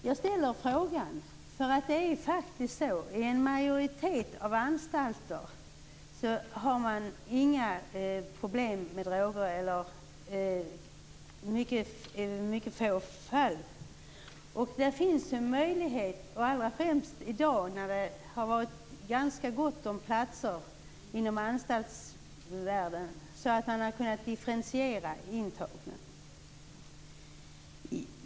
Jag ställer den frågan därför att en majoritet av anstalterna faktiskt inte har några problem med droger eller mycket få. Man har kunnat, allra helst i dag när det har varit ganska gott om platser inom anstaltsvården, differentiera de intagna.